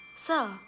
Sir